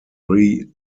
three